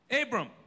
Abram